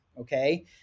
Okay